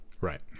right